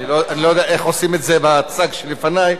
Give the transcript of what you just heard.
לא יודע איך עושים את זה בצג לפני.